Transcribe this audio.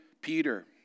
Peter